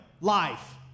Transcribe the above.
life